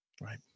Right